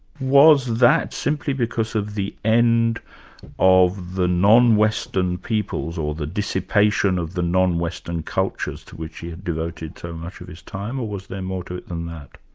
was that simply because of the end of the non-western peoples or the dissipation of the non-western cultures to which he had devoted so and much of his time, or was there more to it than that?